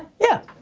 yeah.